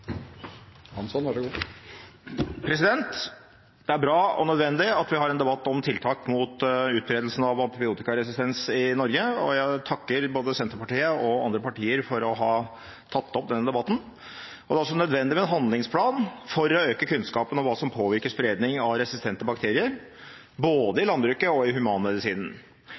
bra og nødvendig at vi har en debatt om tiltak mot utbredelsen av antibiotikaresistens i Norge, og jeg takker både Senterpartiet og andre partier for å ha tatt opp denne debatten. Det er også nødvendig med en handlingsplan for å øke kunnskapen om hva som påvirker spredning av resistente bakterier, både